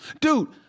Dude